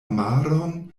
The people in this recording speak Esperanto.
maron